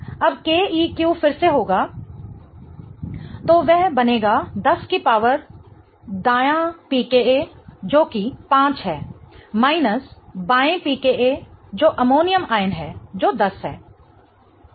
अब Keq फिर से होगा Keq 10 right pKa - left pKa तो वह बनेगा 10 की पावर दाया pKa जो कि 5 है माइनस बाएं pKa जो अमोनियम आयन है जो 10 है